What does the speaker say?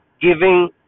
giving